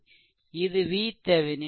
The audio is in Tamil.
இது VThevenin